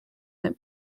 that